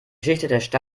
geschichte